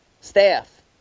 staff